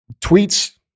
tweets